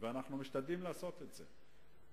ואנחנו משתדלים לעשות את זה.